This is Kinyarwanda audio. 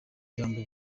jambo